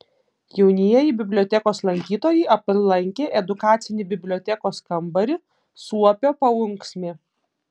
jaunieji bibliotekos lankytojai aplankė edukacinį bibliotekos kambarį suopio paunksmė